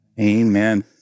Amen